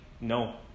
No